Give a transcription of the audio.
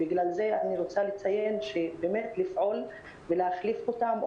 ולכן אני רוצה לציין שצריך לפעול להחליף אותם,